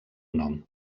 nom